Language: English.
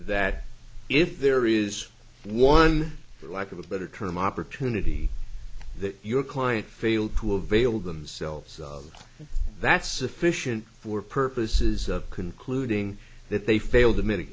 that if there is one for lack of a better term opportunity that your client failed to avail themselves that's sufficient for purposes of concluding that they failed